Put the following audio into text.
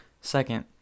Second